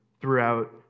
throughout